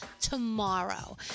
tomorrow